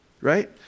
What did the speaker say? right